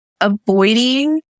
avoiding